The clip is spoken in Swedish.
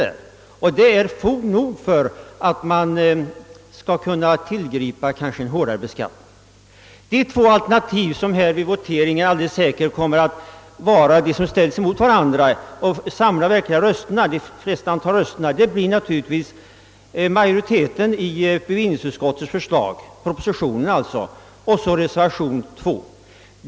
Detta utgör tillräckligt fog för att man skall tillgripa en hårdare beskattning. De två alternativ som vid voteringen i denna fråga alldeles säkert kommer att ställas mot varandra och även kommer att samla det största antalet röster, blir naturligtvis dels utskottsmajoritetens hemställan, d.v.s. propositionens förslag, dels reservationen II.